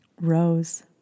Rose